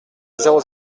zéro